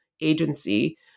agency